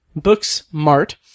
Booksmart